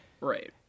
Right